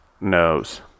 knows